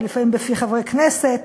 ולפעמים בפי חברי כנסת,